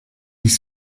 ils